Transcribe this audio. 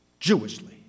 Jewishly